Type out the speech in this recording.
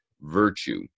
virtue